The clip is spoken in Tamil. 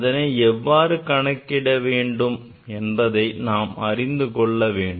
அதனை எவ்வாறு கணக்கிட வேண்டும் என்பதை நாம் அறிந்து கொள்ள வேண்டும்